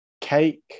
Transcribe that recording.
cake